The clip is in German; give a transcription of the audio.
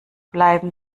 bleiben